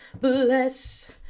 bless